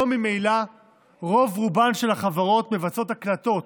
ממילא רוב-רובן של החברות מבצעות כיום הקלטות